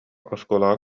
оскуолаҕа